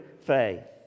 faith